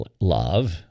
love